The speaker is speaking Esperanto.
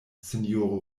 sinjoro